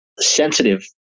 sensitive